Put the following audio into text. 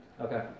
Okay